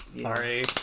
Sorry